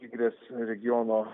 igres regiono